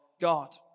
God